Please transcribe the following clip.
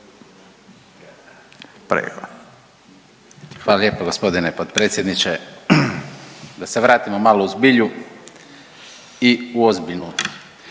Hvala lijepo g. potpredsjedniče. Da se vratimo malo u zbilju i u ozbiljnu.